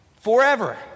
forever